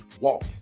walk